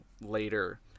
later